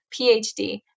PhD